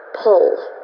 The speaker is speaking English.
pull